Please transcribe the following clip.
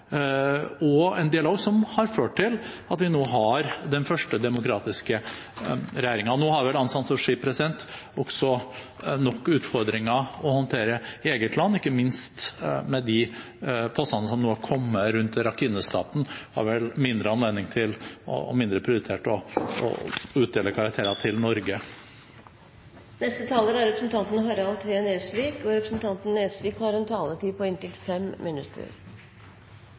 en dialog som har ført til at man nå har den første demokratiske regjeringen. Nå har vel Aung San Suu Kyi nok utfordringer å håndtere i eget land, ikke minst med de påstandene som nå har kommet rundt Rakhine-staten, så hun har vel mindre anledning til og mindre prioritert å utdele karakterer til Norge. Demokratisering er noe som kan være krevende, ikke minst er det noe som tar lang tid å få på